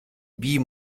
wie